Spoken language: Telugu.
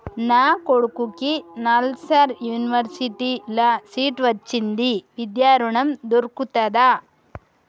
నా కొడుకుకి నల్సార్ యూనివర్సిటీ ల సీట్ వచ్చింది విద్య ఋణం దొర్కుతదా?